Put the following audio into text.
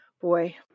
Boy